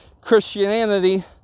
Christianity